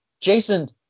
Jason